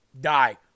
die